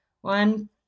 one